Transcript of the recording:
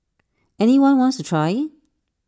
any one wants to try